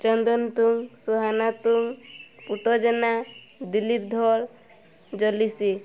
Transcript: ଚନ୍ଦନ ତୁଂ ସୁହାନା ତୁଂ ପୁଟ ଜେନା ଦିଲ୍ଲୀପ ଧଲ ଜଲିସି